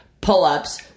pull-ups